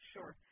Sure